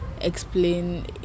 explain